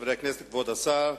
חברי הכנסת, כבוד השר,